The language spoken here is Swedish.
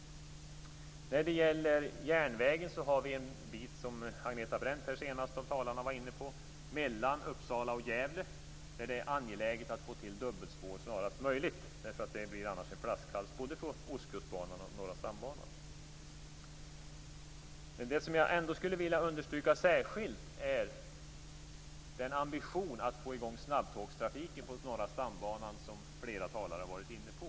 När det gäller järnvägen har vi den bit som Agneta Brendt som den senaste av talarna här var inne på. Det gäller sträckan mellan Uppsala och Gävle. Där är det angeläget att snarast möjligt få till dubbelspår. Annars blir det en flaskhals både för Ostkustbanan och för Norra stambanan. Det som jag ändå skulle vilja understryka särskilt är den ambition att få i gång snabbtågstrafiken på Norra stambanan som flera talare har varit inne på.